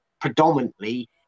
predominantly